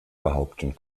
behaupten